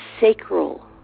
sacral